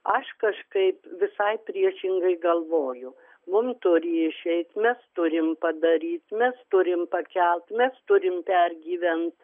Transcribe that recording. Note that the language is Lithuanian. aš kažkaip visai priešingai galvoju mum turi išeit mes turim padaryt mes turim pakelt mes turim pergyvent